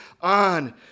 on